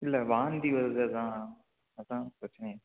இல்லை வாந்தி வருது அதுதான் அதுதான் பிரச்சினையே